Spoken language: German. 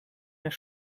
mehr